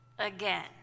again